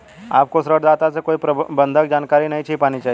आपको ऋणदाता से कोई बंधक जानकारी नहीं छिपानी चाहिए